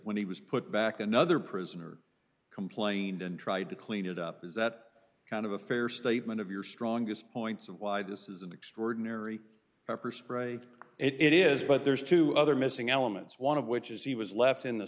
when he was put back another prisoner complained and tried to clean it up is that kind of a fair statement of your strongest points of why this is an extraordinary person it is but there's two other missing elements one of which is he was left in the